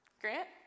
Grant